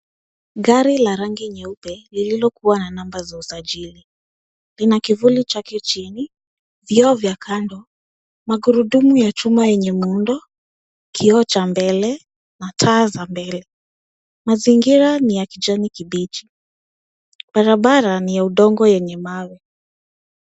Gari la rangi nyeupe, lililokua na namba za usajili. Lina kivuli chake chini, vioo vya kando, magurudumu ya chuma yenye muundo, kioo cha mbele na taa za mbele. Mazingira ni ya kijani kibichi. Barabara ni ya udongo yenye mawe.